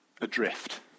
adrift